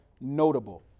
notable